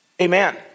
Amen